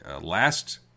last